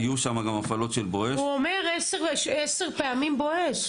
היו שם גם הפעלות של "בואש" --- הוא אומר עשר פעמים "בואש".